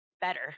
better